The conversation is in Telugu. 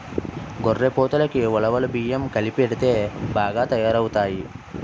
గొర్రెపోతులకి ఉలవలు బియ్యం కలిపెడితే బాగా తయారవుతాయి